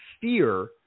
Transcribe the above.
fear